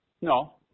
No